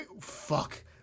fuck